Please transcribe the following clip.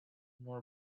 nor